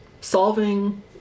solving